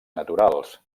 naturals